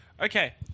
Okay